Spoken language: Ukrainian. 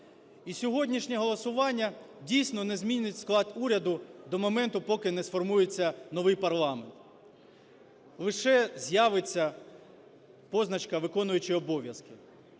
І сьогоднішнє голосування, дійсно, не змінить склад уряду до моменту, поки не сформується новий парламент. Лише з'явиться позначка – виконуючий обов'язки.